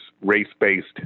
race-based